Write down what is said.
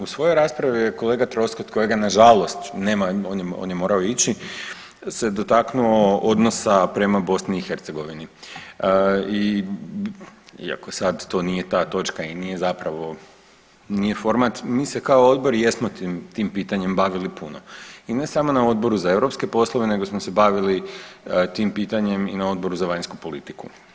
U svojoj raspravi je kolega Troskot kojega nažalost nema, on je morao ići, se dotaknuo odnosa prema BiH i iako sad to nije ta točka i nije zapravo nije format, mi se kao odbor jesmo tim pitanjem bavili puno i ne samo na Odboru za europske poslove nego smo se bavili tim pitanjem i na Odboru za vanjsku politiku.